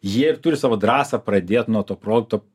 jie ir turi savo drąsą pradėt nuo to produkto